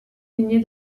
lignée